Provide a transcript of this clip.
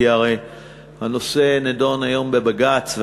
כי הרי הנושא נדון היום בבג"ץ,